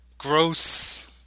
Gross